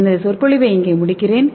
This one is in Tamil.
எனது சொற்பொழிவை இங்கே முடிக்கிறேன்